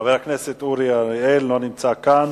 חבר הכנסת אורי אריאל, לא נמצא כאן.